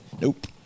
Nope